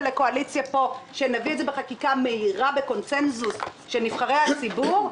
לקואליציה פה שמביא את זה בחקיקה מהירה בקונצנזוס של נבחרי הציבור,